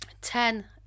Ten